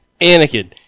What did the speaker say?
Anakin